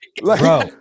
bro